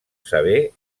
saber